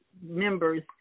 members